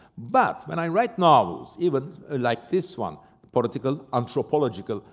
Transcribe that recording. but when i write novels even like this one, but political, anthropological,